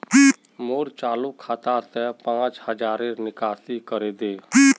मोर चालु खाता से पांच हज़ारर निकासी करे दे